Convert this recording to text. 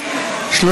את